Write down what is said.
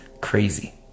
crazy